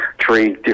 three